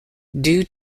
due